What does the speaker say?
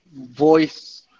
voice